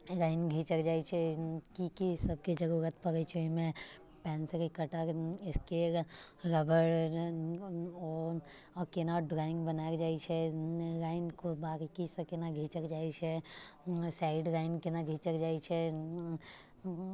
line घिचल जाइत छै की की सभके जरूरत पड़ैत छै ओहिमे पेंसिल कटर इस्केल रबर ओ केना ड्रॉइङ्ग बनायल जाइत छै लाइन कऽ बारिकीसँ केना घिचल जाइत छै साइड लाइन केना घिचल जाइत छै